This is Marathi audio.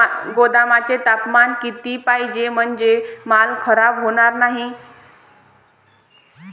गोदामाचे तापमान किती पाहिजे? म्हणजे माल खराब होणार नाही?